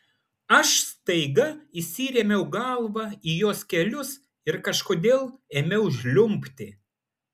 aš staiga įsirėmiau galva į jos kelius ir kažkodėl ėmiau žliumbti